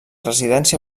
residència